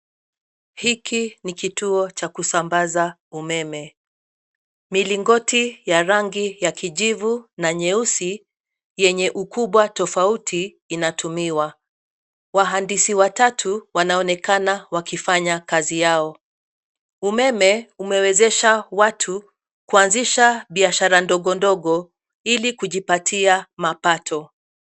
Hiki ni kituo cha kusambaza umeme milingoti ya rangi ya kijivu na nyeusi yenye ukubwa tofauti inatumiwa, Wahandisi watatu wanaonekana wakifanya kazi yao. Umeme umewezesha watu kuanzisha biashara ndogo ndogo ili kujipatia mapato.